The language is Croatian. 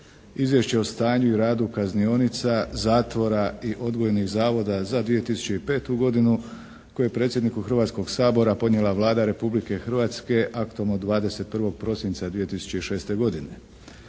Izvješće o stanju i radu kaznionica, zatvora i odgojnih zavoda za 2005. godinu koji je predsjedniku Hrvatskog sabora podnijela Vlada Republike Hrvatske aktom od 21. prosinca 2006. godine.